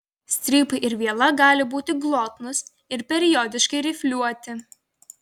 strypai ir viela gali būti glotnūs ir periodiškai rifliuoti